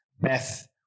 Beth